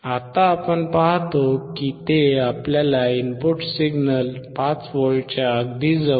आता आपण पाहतो की ते आपल्या इनपुट सिग्नल 5V च्या अगदी जवळ आहे